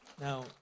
Now